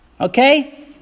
Okay